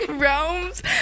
Realms